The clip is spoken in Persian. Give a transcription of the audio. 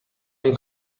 این